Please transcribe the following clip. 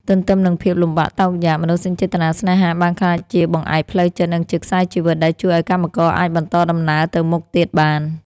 ទន្ទឹមនឹងភាពលំបាកតោកយ៉ាក មនោសញ្ចេតនាស្នេហាបានក្លាយជាបង្អែកផ្លូវចិត្ត និងជាខ្សែជីវិតដែលជួយឱ្យកម្មករអាចបន្តដំណើរទៅមុខទៀតបាន។